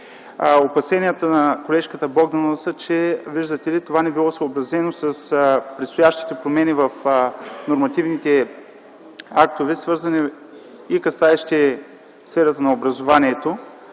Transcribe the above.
Опасенията на колежката Богданова са, че това не било съобразено с предстоящите промени в нормативните актове, свързани със сферата на образованието.